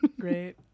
great